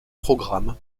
programme